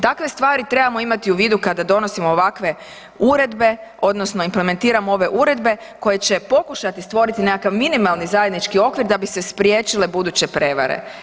Takve stvari trebamo imati u vidu kada donosimo ovakve uredbe odnosno implementiramo ove uredbe koje će pokušati stvoriti nekakav minimalni zajednički okvir da bi se spriječile buduće prevare.